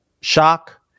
shock